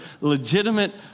legitimate